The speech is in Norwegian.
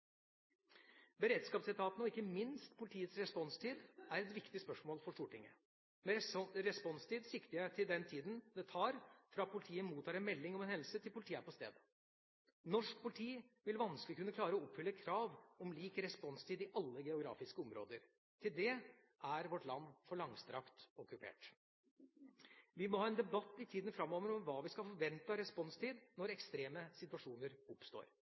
Beredskapsetaten, og ikke minst politiets responstid, er et viktig spørsmål for Stortinget. Med responstid sikter jeg til den tida det tar fra politiet mottar en melding om en hendelse, til politiet er på stedet. Norsk politi vil vanskelig kunne klare å oppfylle et krav om lik responstid i alle geografiske områder. Til det er vårt land for langstrakt og kupert. Vi må ha en debatt i tida framover om hva vi skal forvente av responstid når ekstreme situasjoner oppstår.